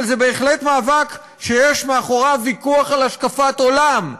אבל זה בהחלט מאבק שיש מאחוריו ויכוח על השקפת עולם,